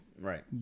Right